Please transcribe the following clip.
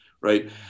right